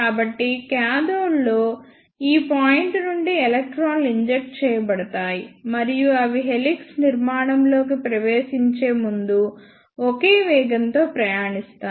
కాబట్టి కాథోడ్ లో ఈ పాయింట్ నుండి ఎలక్ట్రాన్లు ఇంజెక్ట్ చేయబడతాయి మరియు అవి హెలిక్స్ నిర్మాణంలోకి ప్రవేశించే ముందు ఒకే వేగంతో ప్రయాణిస్తాయి